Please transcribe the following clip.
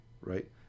right